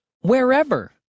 Wherever